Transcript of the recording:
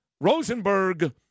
Rosenberg